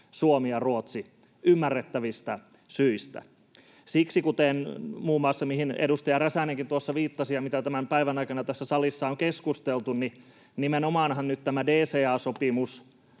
Suomi ja Ruotsi ymmärrettävistä syistä. Siksi nimenomaan, mihin muun muassa edustaja Räsänenkin tuossa viittasi ja mitä tämän päivän aikana tässä salissa on keskusteltu, nyt tämä DCA-sopimus